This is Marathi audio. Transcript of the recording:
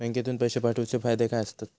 बँकेतून पैशे पाठवूचे फायदे काय असतत?